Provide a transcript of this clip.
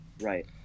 Right